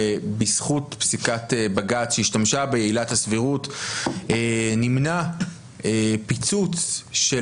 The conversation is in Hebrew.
ובזכות פסיקת בג"ץ שהשתמשה בעילת הסבירות נמנע פיצוץ של